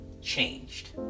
changed